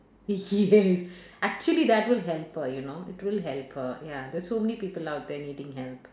yes actually that would help her you know it would help her ya there are so many people out there needing help